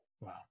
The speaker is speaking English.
Wow